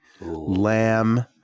lamb